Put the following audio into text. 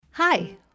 Hi